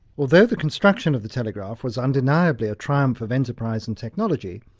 although the construction of the telegraph was undeniably a triumph of enterprise and technology,